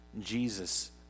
Jesus